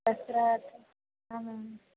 ದಸರಾ ಹಾಂ ಮ್ಯಾಮ್